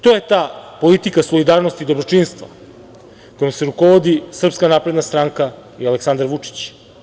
To je ta politika solidarnosti i dobročinstva kojom se rukovodi Srpska napredna stranka i Aleksandar Vučić.